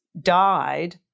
died